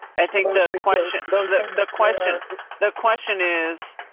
i think that's the question. the question the question is.